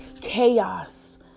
chaos